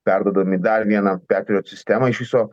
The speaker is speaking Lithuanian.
perduodami dar vieną petriot sistemą iš viso